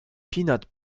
peanut